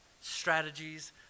strategies